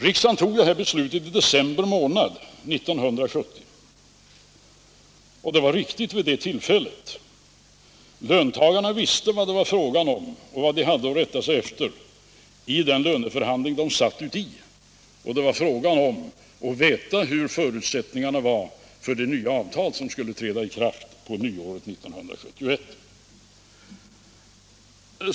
Riksdagen tog det här beslutet i december 1970, och det var riktigt vid det tillfället. Löntagarna visste vad det var fråga om och vad de hade att rätta sig efter i de löneförhandlingar de satt i. Det gällde att veta förutsättningarna för det nya avtal som skulle träda i kraft på nyåret 1971.